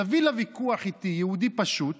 תביא לוויכוח איתי יהודי פשוט